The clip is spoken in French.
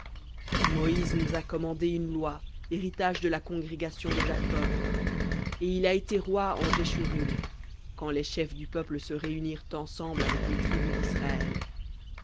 moïse nous a commandé une loi héritage de la congrégation de jacob et il a été roi en jeshurun quand les chefs du peuple se réunirent ensemble avec les tribus d'israël